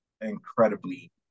incredibly